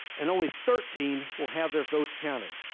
and only thirteen will have their vote counted.